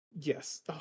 Yes